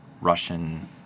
Russian